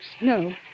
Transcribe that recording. No